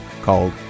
called